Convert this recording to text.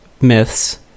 myths